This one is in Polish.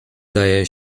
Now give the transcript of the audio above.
daje